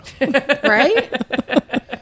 Right